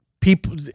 people